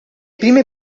prime